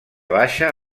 baixa